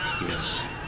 Yes